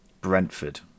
Brentford